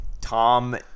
Tom